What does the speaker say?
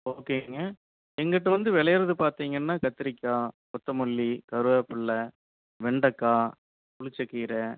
ஓகேங்க எங்கிட்டே வந்து விளையிறது பார்த்தீங்கனா கத்திரிக்காய் கொத்தமல்லி கருவேப்பில்ல வெண்டக்காய் புளிச்ச கீரை